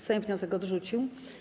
Sejm wniosek odrzucił.